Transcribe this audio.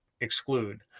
exclude